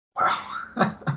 Wow